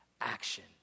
action